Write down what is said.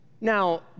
Now